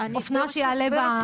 אופנוע שיעלה?